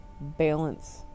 balance